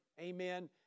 amen